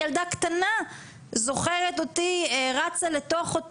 שכשהילדים קוראים על מה שקרה בימי מלכות בית דוד